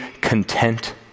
content